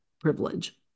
privilege